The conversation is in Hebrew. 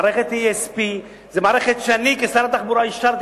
מערכת ESPזאת מערכת שאני כשר התחבורה אישרתי